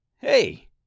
Hey